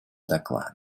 доклада